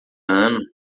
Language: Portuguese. ano